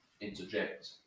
interject